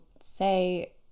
say